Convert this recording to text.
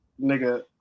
nigga